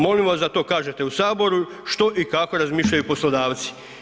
Molimo vas da to kažete u saboru što i kako razmišljaju poslodavci.